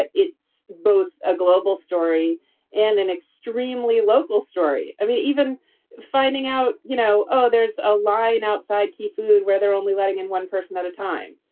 it's both a global story and an extremely local story. i mean, even finding out, you know, oh, there's a line outside key food where they're only letting in one person at a time.